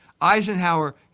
Eisenhower